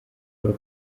paul